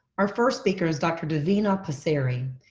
our first speaker is dr. davina passeri.